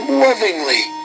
lovingly